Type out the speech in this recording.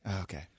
Okay